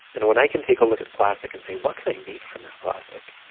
and when i can take a look at plastic and say what can i make from that plastic,